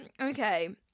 okay